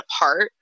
apart